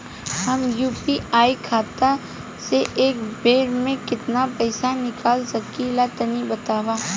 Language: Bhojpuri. हम यू.पी.आई खाता से एक बेर म केतना पइसा निकाल सकिला तनि बतावा?